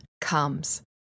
comes